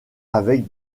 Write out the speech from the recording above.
avec